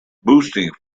boosting